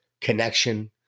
connection